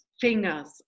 fingers